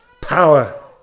power